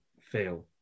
fail